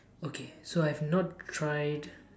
okay so I've not tried